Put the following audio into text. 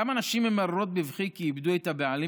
כמה נשים ממררות בבכי כי איבדו את הבעלים